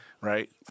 right